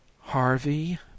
harvey